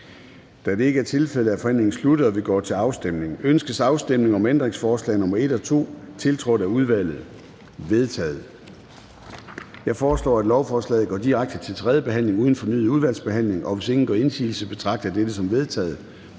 Da det ikke er tilfældet, er forhandlingen sluttet, og vi går til afstemning. Kl. 13:03 Afstemning Formanden (Søren Gade): Ønskes afstemning om ændringsforslag nr. 1 og 2, tiltrådt af udvalget? De er vedtaget. Jeg foreslår, at lovforslaget går direkte til tredje behandling uden fornyet udvalgsbehandling, og hvis ingen gør indsigelse, betragter jeg dette som vedtaget.